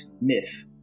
myth